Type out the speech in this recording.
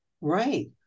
Right